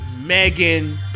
Megan